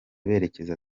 berekeza